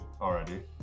already